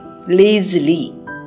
lazily